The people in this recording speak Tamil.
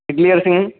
இட்லி அரிசிங்க